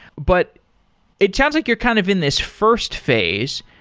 but it sounds like you're kind of in this first phase,